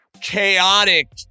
chaotic